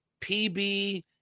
PB